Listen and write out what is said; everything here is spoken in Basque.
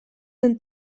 den